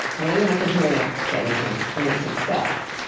why would i compare that to anything when it's itself?